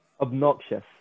Obnoxious